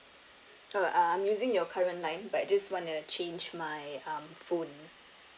uh uh I am using your current line but just wanna change my um phone